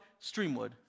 Streamwood